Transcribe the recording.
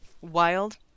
Wild